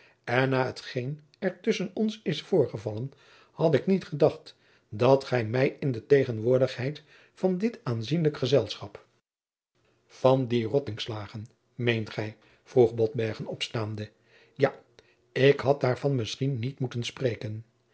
en na hetgeen er tusschen ons is voorgevallen had ik niet gedacht dat gij mij in de tegenwoordigheid van dit aanzienlijk gezelschap van die rottingslagen meent gij vroeg botbergen opstaande ja ik had daarvan misschien niet moeten spreken